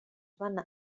van